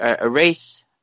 Erase